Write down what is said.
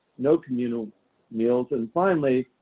no communal meals. and finally,